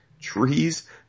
Trees